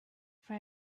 for